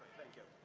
thank you.